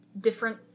different